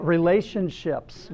Relationships